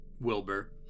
Wilbur